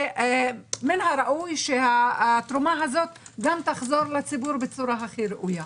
ומן הראוי שהתרומה הזאת תחזור לציבור בצורה הכי ראויה.